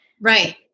Right